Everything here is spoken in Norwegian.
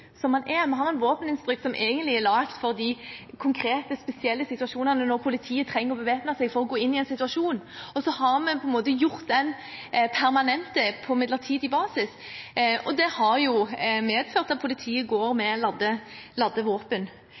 som nå. Vi har en våpeninstruks som egentlig er laget for de konkrete, spesielle situasjonene, når politiet trenger å bevæpne seg for å gå inn i en situasjon. Så har vi gjort den permanent på midlertidig basis, og det har medført at politiet går med ladde våpen.